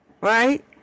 Right